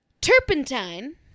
Turpentine